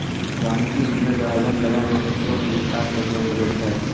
वानिकी इंजीनियर द्वारा वन लगाय रो क्षेत्र मे बिस्तार करलो गेलो छै